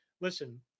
listen